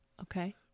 Okay